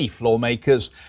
lawmakers